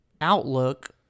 outlook